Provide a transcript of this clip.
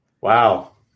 Wow